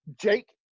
Jake